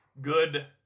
good